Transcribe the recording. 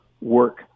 work